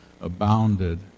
abounded